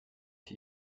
ich